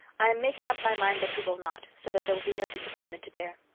i am making up my mind that he will not, so that there will be no disappointment to bear.